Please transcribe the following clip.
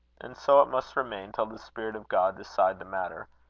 and so it must remain, till the spirit of god decide the matter,